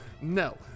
no